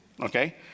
Okay